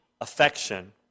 affection